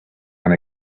and